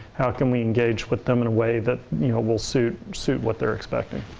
how can we engage with them in a way that will suit suit what they're expecting.